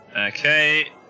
Okay